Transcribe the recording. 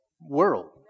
world